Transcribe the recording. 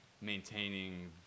maintaining